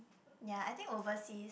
ya I think overseas